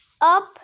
up